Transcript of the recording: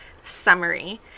Summary